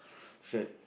shirt